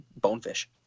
bonefish